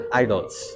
idols